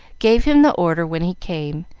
gave him the order when he came,